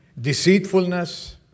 deceitfulness